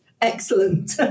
Excellent